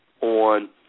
on